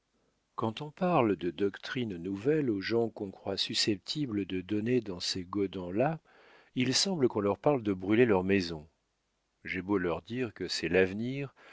quand on parle de doctrines nouvelles aux gens qu'on croit susceptibles de donner dans ces godans là il semble qu'on leur parle de brûler leurs maisons j'ai beau leur dire que c'est l'avenir